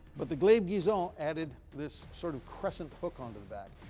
but the glaive guisarme added this sort of crescent hook onto the back.